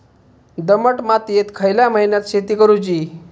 दमट मातयेत खयल्या महिन्यात शेती करुची?